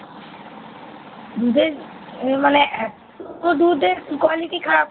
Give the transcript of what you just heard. দুধের মানে এত দুধের কোয়ালিটি খারাপ